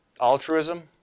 Altruism